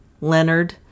Leonard